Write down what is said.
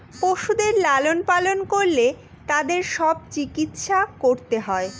পশুদের লালন পালন করলে তাদের সব চিকিৎসা করতে হয়